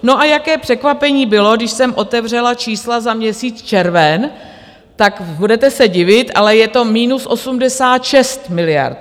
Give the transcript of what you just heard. No a jaké překvapení bylo, když jsem otevřel čísla za měsíc červen, tak budete se divit, ale je to minus 86 miliard.